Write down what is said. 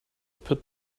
put